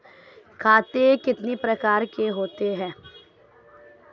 खाते कितने प्रकार के होते हैं?